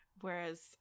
Whereas